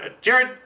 Jared